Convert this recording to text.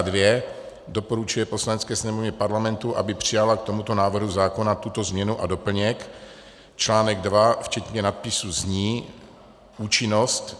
II. doporučuje Poslanecké sněmovně Parlamentu, aby přijala k tomuto návrhu zákona tuto změnu a doplněk: Článek 2 včetně nadpisu zní: Účinnost.